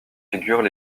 figurent